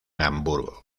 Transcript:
hamburgo